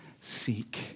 seek